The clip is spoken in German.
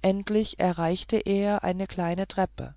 endlich erreichte er eine kleine treppe